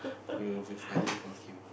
it will be funny for him